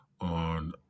on